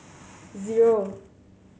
zero